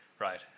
Right